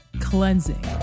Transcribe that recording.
cleansing